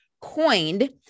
coined